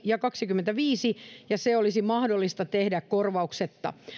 ja kaksikymmentäviisi ja se olisi mahdollista tehdä korvauksetta